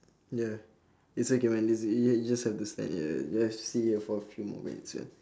ya it's okay man it's you'll you'll just to have to stand yeah you'll have to sit here for a few more minutes yeah